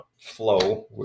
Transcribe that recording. flow